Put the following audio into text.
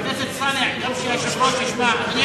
חבר הכנסת אלסאנע, שגם היושב-ראש ישמע, אדוני